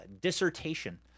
dissertation